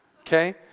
okay